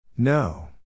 No